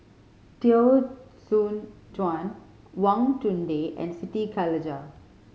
Teo Soon Chuan Wang Chunde and Siti Khalijah